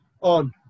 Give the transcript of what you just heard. on